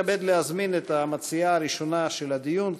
ומתכבד להזמין את המציעה הראשונה של הדיון,